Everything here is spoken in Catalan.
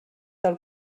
del